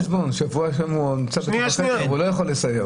שבוע שלם הוא נמצא בבידוד, הוא לא יכול לסייר.